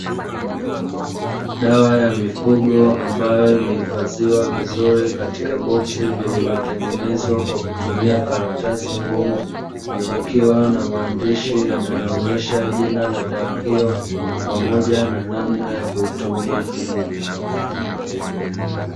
Dawa ya mifugo ambayo imehifadhiwa vizuri katika boksi lililotengenezwa kwa kutumia karatasi ngumu, kukiwa na maandishi yanayoonyesha jina la dawa hiyo pamoja na namna ya kuitumia.